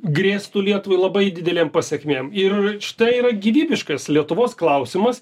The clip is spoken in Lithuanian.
grėstų lietuvai labai didelėm pasekmėm ir štai yra gyvybiškas lietuvos klausimas